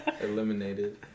Eliminated